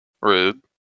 Rude